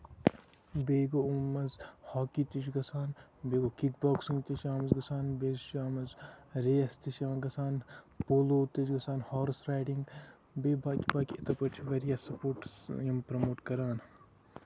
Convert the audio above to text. بیٚیہِ گوٚو أمِو منٛز ہاکی تہِ چھِ گژھان بیٚیہِ گوٚو کِک بوکسِنگ تہِ چھِ اَتھ منٛز گژھان بیٚیہِ چھُ اَتھ منٛز ریس تہِ چھِ یِمن منٛز گژھان پولو تہِ چھ گژھان ہورٕس رایڈِنگ بیٚیہِ باقٕے باقٕے یِتھٕے پٲٹھۍ چھِ واریاہ سپوٹٕس یِم پراموٹ کران